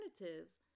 alternatives